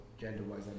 gender-wise